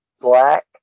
black